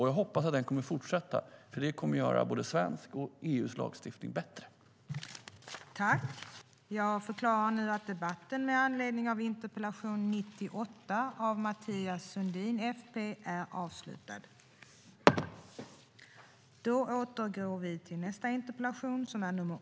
Jag hoppas att den kommer att fortsätta, för det kommer att göra både Sveriges och EU:s lagstiftning bättre.